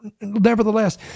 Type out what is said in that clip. Nevertheless